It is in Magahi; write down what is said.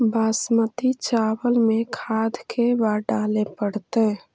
बासमती चावल में खाद के बार डाले पड़तै?